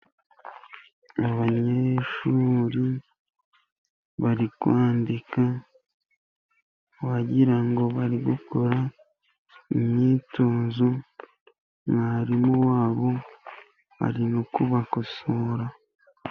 Ni abanyeshuri bari kwandika wagira ngo bari gukora imyitozo, mwarimu wabo ari no kubakosora.